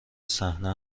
صحنه